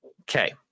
Okay